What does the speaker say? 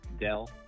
Dell